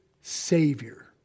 Savior